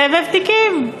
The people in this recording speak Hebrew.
סבב תיקים.